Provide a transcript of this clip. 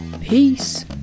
Peace